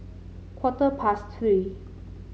quarter past Three